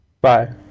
Bye